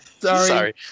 Sorry